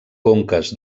conques